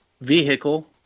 vehicle